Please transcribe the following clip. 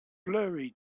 blurry